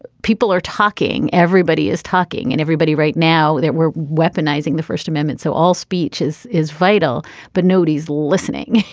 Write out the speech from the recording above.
people are talking. everybody is talking and everybody right now that we're weaponized the first amendment so all speeches is vital but nobody's listening.